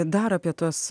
dar apie tuos